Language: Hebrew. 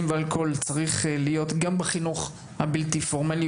ובאלכוהול צריך להיות גם בחינוך הבלתי פורמלי,